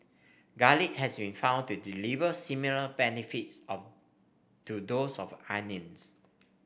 garlic has been found to deliver similar benefits of to those of onions